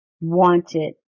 wanted